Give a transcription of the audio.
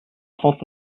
trente